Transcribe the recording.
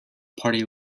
party